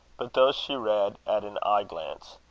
but those she read at an eye-glance.